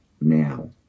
now